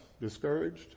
discouraged